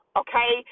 okay